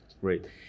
Great